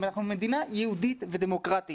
אנחנו מדינה יהודית ודמוקרטית.